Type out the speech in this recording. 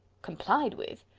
complied with!